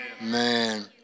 Man